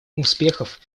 успехов